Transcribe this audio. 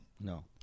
No